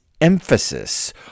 emphasis